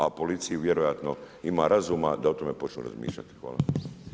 A policija vjerojatno ima razuma da o tome počnu razmišljati.